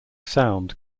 sound